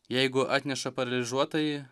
jeigu atneša paralyžiuotąjį